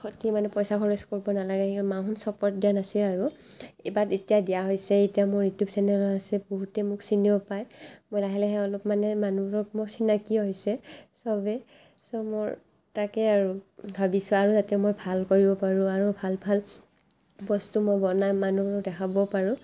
ক্ষতি মানে পইচা খৰচ কৰিব নালাগে মাহঁত ছাপোৰ্ট দিয়া নাছিল আৰু বাট এতিয়া দিয়া হৈছে এতিয়া মোৰ ইউটিউব চেনেলো আছে বহুতে মোক চিনিও পায় মই লাহে লাহে অলপ মানে মানুহবোৰক মোৰ চিনাকি হৈছে সবেই ছ' মোৰ তাকে আৰু ভাবিছোঁ আৰু যাতে মই ভাল কৰিব পাৰোঁ আৰু ভাল ভাল বস্তু মই বনাম মানুহক দেখাব পাৰোঁ